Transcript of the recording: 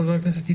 חבר הכנסת יברקן,